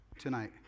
tonight